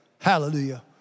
Hallelujah